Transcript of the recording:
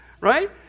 right